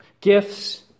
Gifts